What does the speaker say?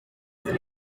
nzego